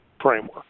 framework